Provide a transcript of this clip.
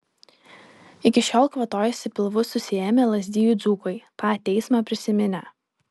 iki šiol kvatojasi pilvus susiėmę lazdijų dzūkai tą teismą prisiminę